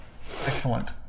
Excellent